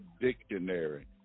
Dictionary